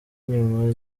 nyuma